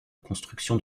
construction